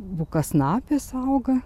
vukasnapės auga